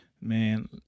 Man